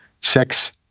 Sex